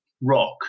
rock